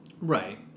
Right